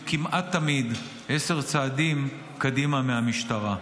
כמעט תמיד יהיו עשרה צעדים קדימה מהמשטרה.